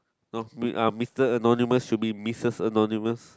no uh Mister Anonymous should be missus anonymous